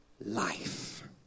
life